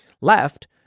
left